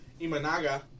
Imanaga